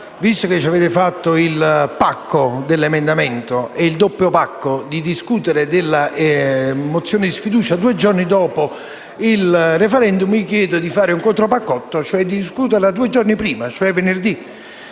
Visto che ci avete fatto il "pacco" dell'emendamento e il "doppio pacco" di far discutere della mozione di sfiducia due giorni dopo il *referendum*, vi chiedo di fare un "contropaccotto" e di discuterla due giorni prima, cioè venerdì.